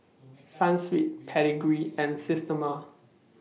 Sunsweet Pedigree and Systema